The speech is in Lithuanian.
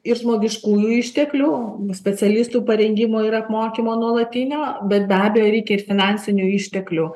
ir žmogiškųjų išteklių specialistų parengimo ir apmokymo nuolatinio bet be abejo reikia ir finansinių išteklių